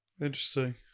interesting